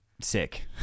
sick